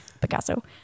Picasso